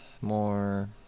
more